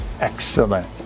Excellent